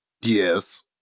Yes